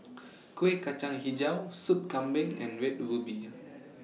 Kueh Kacang Hijau Sup Kambing and Red Ruby